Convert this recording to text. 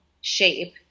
shape